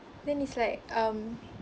then it's like um